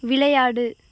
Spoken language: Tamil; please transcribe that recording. விளையாடு